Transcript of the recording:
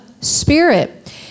spirit